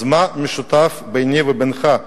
אז מה משותף ביני לבינך,